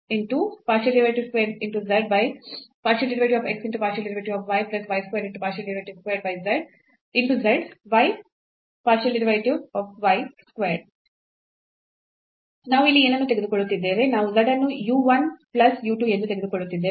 ನಾವು z ಅನ್ನು u 1 plus u 2 ಎಂದು ತೆಗೆದುಕೊಳ್ಳುತಿದ್ದೇವೆ